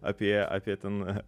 apie apie ten